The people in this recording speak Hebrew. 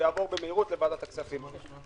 ויעבור במהירות לוועדת הכספים.